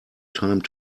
time